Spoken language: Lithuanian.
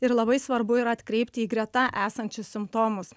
ir labai svarbu yra atkreipti į greta esančius simptomus